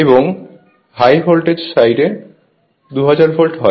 এবং high voltage সাইডে 2000 volt হয়